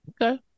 Okay